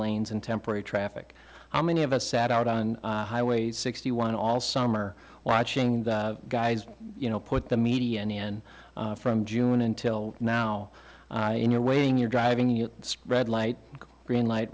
lanes and temporary traffic how many of us sat out on highway sixty one all summer watching the guys you know put the media any and from june until now you're waiting you're driving you spread light green light